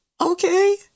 Okay